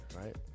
right